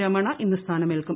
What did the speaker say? രമണ ഇന്ന് സ്ഥാനമേൽക്കും